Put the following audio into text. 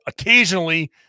occasionally